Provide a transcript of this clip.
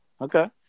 Okay